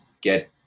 get